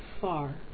far